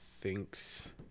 thinks